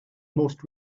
most